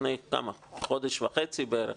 לפני חודש וחצי בערך,